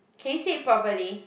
can you sit it properly